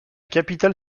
capitale